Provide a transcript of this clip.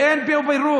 אין פה פירוט.